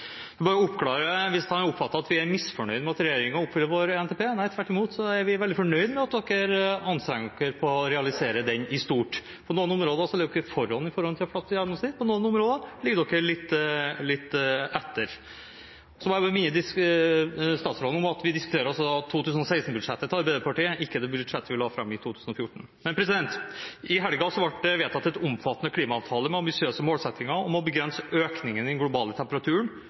Hvis han oppfatter at vi er misfornøyd med at regjeringen oppfyller vår NTP, så er vi tvert imot veldig fornøyd med at man anstrenger seg for å realisere den i stort. På noen områder ligger dere foran for å få det til, på noen områder ligger dere litt etter. Så må jeg minne statsråden om at vi diskuterer 2016-budsjettet til Arbeiderpartiet, og ikke det budsjettet vi la fram i 2014. I helgen ble det vedtatt en omfattende klimaavtale med ambisiøse målsettinger om å begrense økningen i den globale temperaturen